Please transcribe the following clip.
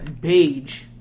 Beige